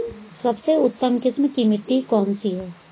सबसे उत्तम किस्म की मिट्टी कौन सी है?